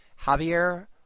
Javier